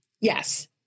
Yes